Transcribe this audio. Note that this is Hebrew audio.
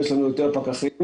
יש לנו יותר פקחים.